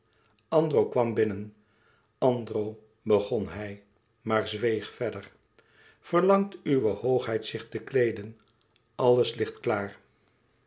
andro kwam binnen andro begon hij maar zweeg verder verlangt uwe hoogheid zich te kleeden alles ligt klaar